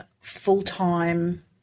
full-time